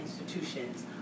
institutions